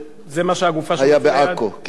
זו הגופה, היה בעכו.